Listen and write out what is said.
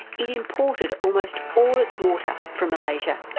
it imported almost all its water from malaysia.